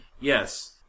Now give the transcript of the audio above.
Yes